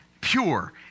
pure